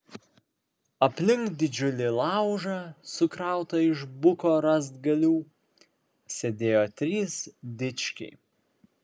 aplink didžiulį laužą sukrautą iš buko rąstgalių sėdėjo trys dičkiai